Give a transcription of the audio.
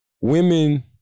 women